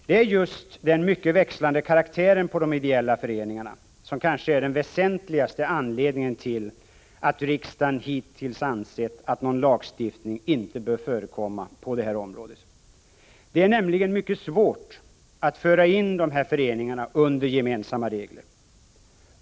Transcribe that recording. Det är kanske just den växlande karaktären på de ideella föreningarna som är den väsentligaste anledningen till att riksdagen hittills har ansett att någon lagstiftning inte bör förekomma på detta område. Det är nämligen mycket svårt att föra in de här föreningarna under gemensamma regler.